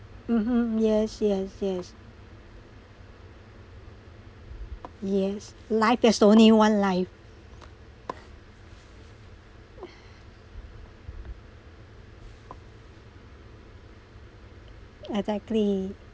mmhmm yes yes yes yes life has only one life exactly